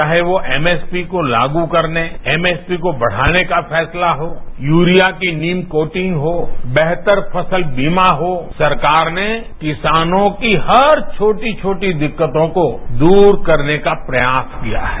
चाहे वो एमएसपी को लागू करने एमएसपी को बढ़ाने का फैसला हो यूरिया की नीम कोटिंग हो बेहतर फसल बीमा हो सरकार ने किसानों की हर छोटी छोटी दिक्कतों को दूर करने का प्रयास किया है